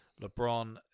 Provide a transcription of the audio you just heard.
LeBron